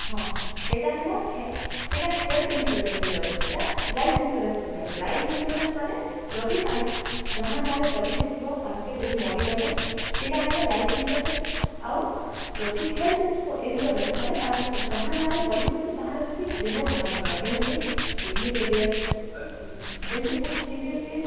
ହଁ ସେଇଟା ହେଲା ହେ ସେଇଟା ହେଲ୍ଥ ଇନସୁରାନ୍ସ୍ରେ ଯାଉଛି ସେଇଟା ଲାଇଫ୍ ଇନସୁରାନ୍ସ୍ରେ ନାଇଁ ଲାଇଫ୍ ଇନସୁରାନ୍ସ୍ ମାନେ ଯଦି ତା ଯାହା ନାଁରେ ପଲିସି ଥିବ ତାଙ୍କେ ଯଦି ମରିଗଲେ ସେଇଟା ହେଲା ଲାଇଫ୍ ଇନସୁରାନ୍ସ୍ ଆଉ ଯଦି ହେଲ୍ଥ୍ ଇନସୁ ଇନସୁରାନ୍ସ୍ ମାନେ ତାଙ୍କ ଯାହା ନାଁରେ ପଲିସି ଅଛି ତାହାର ଯଦି ଦେହ ଖରାପ ହେଲା ଯେମିତି କୀଡ଼ିନୀ ଫେଲୁଅର୍ ଯେମିତି ବହୁତ ସିଭିଅର୍ କେସ୍